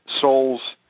souls